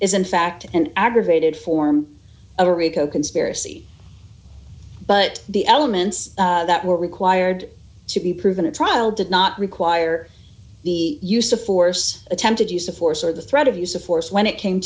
is in fact an aggravated form of a rico conspiracy but the elements that were required to be proven in trial did not require the use of force attempted use of force or the threat of use of force when it came